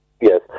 Yes